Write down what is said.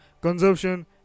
consumption